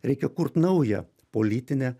reikia kurt naują politinę